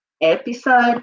episode